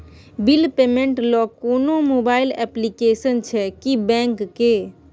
Bill payment ल कोनो mobile application छै की बैंक के?